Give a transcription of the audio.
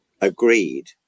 agreed